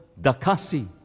Dakasi